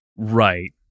Right